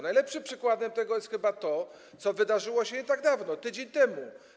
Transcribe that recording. Najlepszym tego przykładem jest chyba to, co wydarzyło się nie tak dawno, tydzień temu.